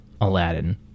Aladdin